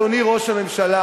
אדוני ראש הממשלה,